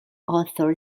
author